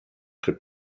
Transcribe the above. could